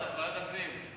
ועדת הפנים.